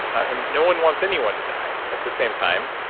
and no one wants anyone to die, at the same time,